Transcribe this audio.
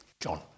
John